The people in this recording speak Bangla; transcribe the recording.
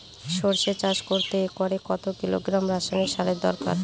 সরষে চাষ করতে একরে কত কিলোগ্রাম রাসায়নি সারের দরকার?